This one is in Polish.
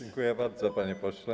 Dziękuję bardzo, panie pośle.